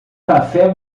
café